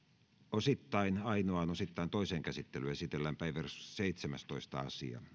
osittain ainoaan osittain toiseen käsittelyyn esitellään päiväjärjestyksen seitsemästoista asia